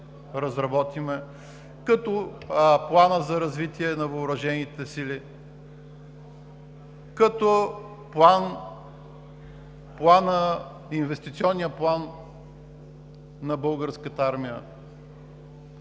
като Плана за развитие на въоръжените сили, като Инвестиционния план на Българската армия.